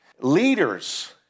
Leaders